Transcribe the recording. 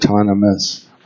Autonomous